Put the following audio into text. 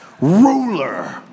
ruler